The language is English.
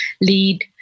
lead